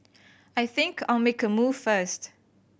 I think I'll make a move first